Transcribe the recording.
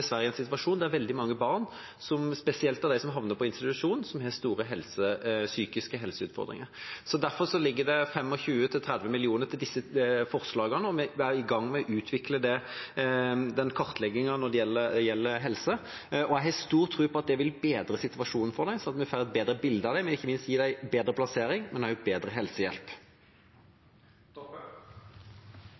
i en situasjon der veldig mange barn, spesielt de som havner på institusjon, har store psykiske helseutfordringer. Derfor ligger det 25–30 mill. kr til disse forslagene, og vi er i gang med å utvikle den kartleggingen når det gjelder helse. Jeg har stor tro på at det vil bedre situasjonen for dem, sånn at vi får et bedre bilde av det, og at det ikke minst kan gi dem en bedre plassering og også bedre